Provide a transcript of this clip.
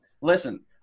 Listen